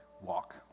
walk